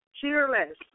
Cheerless